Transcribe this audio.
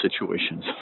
situations